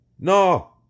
No